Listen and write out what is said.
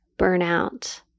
burnout